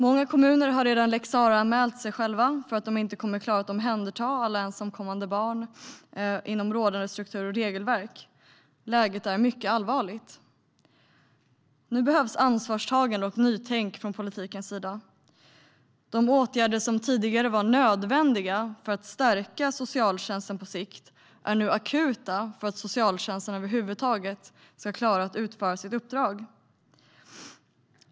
Många kommuner har redan lex Sarah-anmält sig själva för att de inte kommer klara att ta hand om alla ensamkommande barn inom rådande strukturer och regelverk. Läget är mycket allvarligt. Nu behövs ansvarstagande och nytänk från politikens sida. De åtgärder som tidigare var nödvändiga för att stärka socialtjänsten på sikt är nu akuta för att socialtjänsten över huvud taget ska klara att utföra sitt uppdrag.